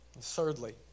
thirdly